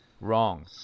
wrong